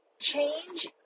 change